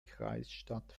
kreisstadt